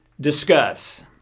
discuss